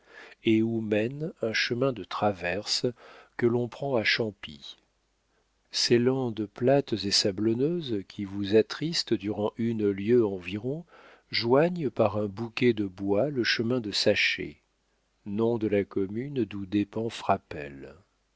et où mène un chemin de traverse que l'on prend à champy ces landes plates et sablonneuses qui vous attristent durant une lieue environ joignent par un bouquet de bois le chemin de saché nom de la commune d'où dépend frapesle